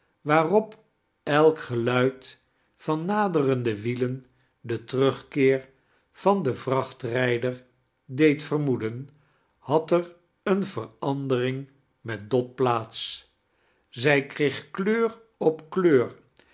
waarop elk geluid van naderende wielen deri terugkeer van den vrachtrijder deed vermoedien had er eene verandering met dot plaats zij kreeg kleur op